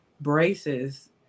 braces